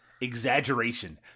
exaggeration